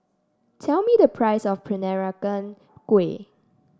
tell me the price of Peranakan Kueh